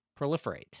proliferate